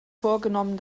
vorgenommen